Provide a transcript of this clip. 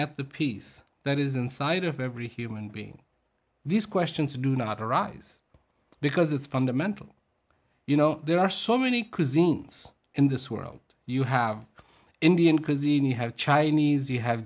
at the peace that is inside of every human being these questions do not arise because it's fundamental you know there are so many cuisines in this world you have indian cuisine you have chinese you have